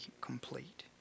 complete